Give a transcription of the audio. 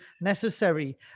necessary